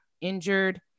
injured